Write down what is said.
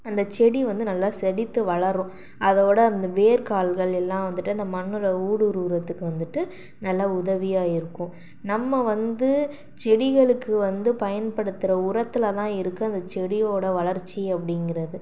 அந்த செடி வந்து நல்லா செழித்து வளரும் அதோட அந்த வேர்க்கால்கள் எல்லாம் வந்துவிட்டு அந்த மண்ணில் ஊடுருவுறத்துக்கு வந்துட்டு நல்லா உதவியாக இருக்கும் நம்ம வந்து செடிகளுக்கு வந்து பயன்படுத்துற உரத்தில் தான் இருக்கு அந்த செடியோட வளர்ச்சி அப்படிங்கிறது